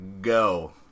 Go